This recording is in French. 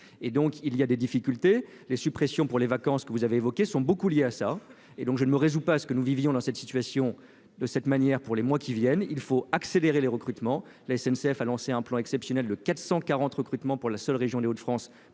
et donc il y a des difficultés, les suppressions pour les vacances que vous avez évoquées sont beaucoup lié à ça et donc je ne me résous pas à ce que nous vivions dans cette situation de cette manière pour les mois qui viennent, il faut accélérer les recrutements, la SNCF a lancé un plan exceptionnel de 440 recrutement pour la seule région Les Hauts de France